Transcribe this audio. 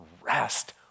rest